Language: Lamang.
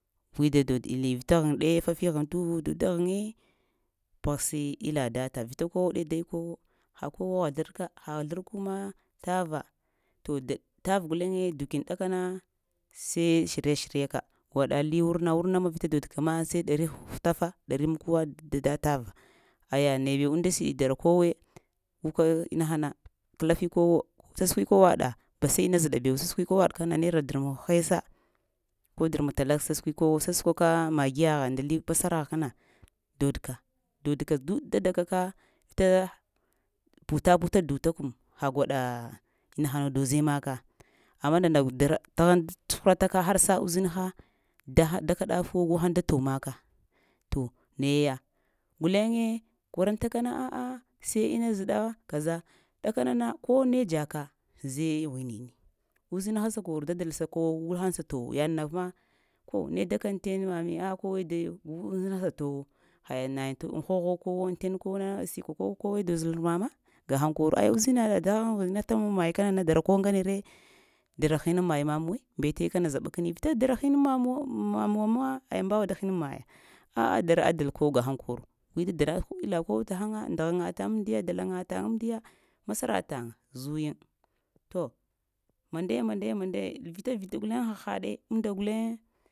Gui dadaod ɗili, vitagheŋ ɗe fafi ghən tə vu duda ghəŋi pəghasi ɗila data, vita kow ɗe dai kowo, ha kowoo ghazlərka ha ghazlərku ma tava, to də təv guleŋe dokin ɗakana, sai shirya-shirya ka gwaɗa li wurna, wurna ma vita dod ka ma sai ɗari hutafa, ɗari amkuwa da da tava, aya naye unnda siɗ dara kowee guka inahana kəlafi kowo, səskwi kowaɗa basai inna zəɗa bew sasəkwi kowaɗ kənana naira darmək hesa ko darmək tala sasəkwi kowo, sasəkwaka maggiyagha ndali masaragh kana, dodka dodka day dadaka, vita puta-puta duda kəm ha gwaɗa inahanu doze maka amma nana dra tsuhurataka har sa uzunha daha-daka ɗafwo, gu həŋ da təw maka to naye ya guleŋe kwaraŋta kana a'a sai inna zəɗa kaza, ɗakanana kone dzaka zee ghwinini, uzinha səkoro dadal kowo guhaŋ sa towo yaɗna ma, ko ne daka aŋten mami? Ah kowe dayo gu uzinha towo, ha nayiŋ tə aŋ hogho kowo aŋ ten kowna sik kow-kow dozalər mama? Gahəŋ koro. Ayya uzinɗa təghŋ hinata mu aŋ may kana na dara kow ŋgane re dara hin aŋ may mamuwawi, mbete kana zəɓakəni, vita dara hin muwa man aŋ may muwa ayya mbawa da hin aŋ maya a'a dara adal kow gahəŋ koro gui da daɗa ɗila kow təhaŋa nda ghəya tən amədiya, dalaŋatay amədiya, masara təŋ amədiya, dalaŋatay amədiya, masara təŋ zuyiŋ to mandaya-mandaya-mandaya vita-vita guley haha ɗe unnda guleŋe.